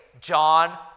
John